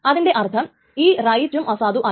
അതിൻറെ അർത്ഥം ഈ റൈറ്റും അസാധുവായി